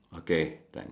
okay like